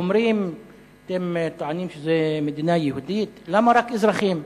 אתם טוענים שזו מדינה יהודית, למה רק אזרחים?